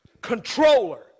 controller